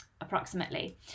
approximately